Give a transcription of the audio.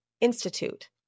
Institute